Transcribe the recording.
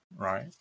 right